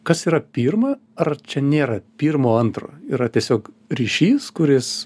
kas yra pirma ar čia nėra pirmo antro yra tiesiog ryšys kuris